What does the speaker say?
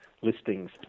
listings